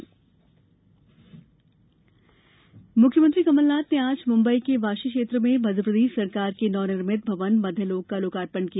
मध्यलोक लोकार्पण मुख्यमंत्री कमलनाथ ने आज मुंबई के वाशी क्षेत्र में मध्यप्रदेश सरकार के नवनिर्मित भवन मध्यालोक का लोकार्पण किया